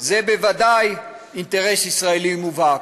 זה בוודאי אינטרס ישראלי מובהק.